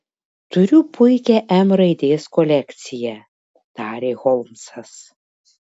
turiu puikią m raidės kolekciją tarė holmsas